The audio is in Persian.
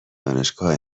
دانشگاه